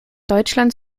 deutschland